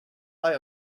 eye